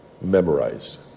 memorized